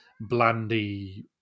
blandy